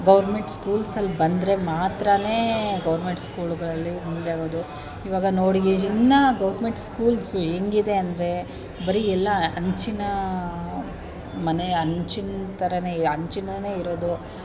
government ಸ್ಕೂಲ್ಸಲ್ಲಿ ಬಂದರೆ ಮಾತ್ರವೇ ಗೌರ್ಮೆಂಟ್ ಸ್ಕೂಲುಗಳಲ್ಲಿ ಮುಂದೆ ಆಗೋದು ಇವಾಗ ನೋಡಿ ಇನ್ನು ಗೌರ್ಮೆಂಟ್ ಸ್ಕೂಲ್ಸ್ ಹೆಂಗಿದೆ ಅಂದರೆ ಬರೀ ಎಲ್ಲ ಹಂಚಿನ ಮನೆ ಹಂಚಿನ ಥರ ಹಂಚಿನನೆ ಇರೋದು